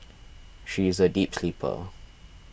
she is a deep sleeper